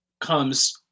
comes